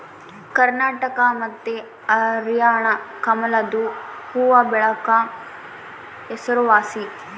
ಕರ್ನಾಟಕ ಮತ್ತೆ ಹರ್ಯಾಣ ಕಮಲದು ಹೂವ್ವಬೆಳೆಕ ಹೆಸರುವಾಸಿ